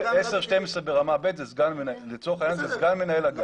12-10 ברמה ב' לצורך העניין זה סגן מנהל אגף.